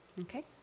Okay